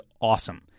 awesome